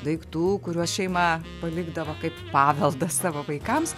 daiktų kuriuos šeima palikdavo kaip paveldą savo vaikams